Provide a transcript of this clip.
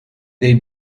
dei